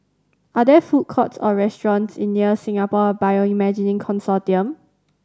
are there food courts or restaurants near Singapore Bioimaging Consortium